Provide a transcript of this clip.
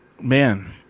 Man